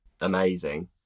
amazing